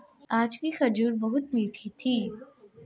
आज की खजूर बहुत मीठी थी